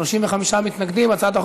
לא